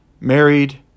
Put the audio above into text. Married